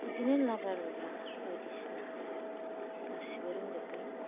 बिदिनो लाब्रा लुब्रा बायदिसिना गासिबो रोंजोबबाय